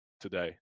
today